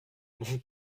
mon